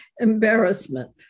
embarrassment